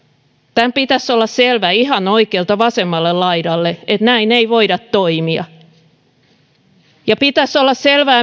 tämän pitäisi olla selvää ihan oikealta vasemmalle laidalle että näin ei voida toimia ja pitäisi olla selvää